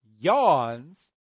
yawns